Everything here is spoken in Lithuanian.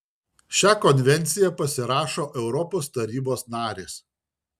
šią konvenciją pasirašo europos tarybos narės